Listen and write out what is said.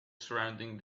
surrounding